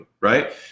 Right